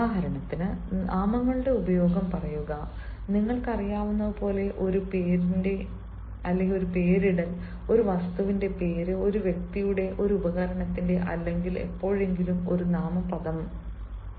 ഉദാഹരണത്തിന് നാമങ്ങളുടെ ഉപയോഗം പറയുക നിങ്ങൾക്കറിയാവുന്നതുപോലെ ഒരു പേരിന്റെ പേരിടൽ ഒരു വസ്തുവിന്റെ പേര് ഒരു വ്യക്തിയുടെ ഒരു ഉപകരണത്തിന്റെ അല്ലെങ്കിൽ എപ്പോഴെങ്കിലും ഒരു നാമപദമാണ്